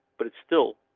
but it still.